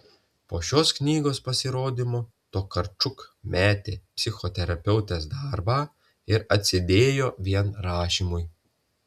po šios knygos pasirodymo tokarčuk metė psichoterapeutės darbą ir atsidėjo vien rašymui